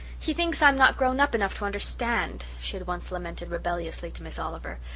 he thinks i'm not grown up enough to understand she had once lamented rebelliously to miss oliver,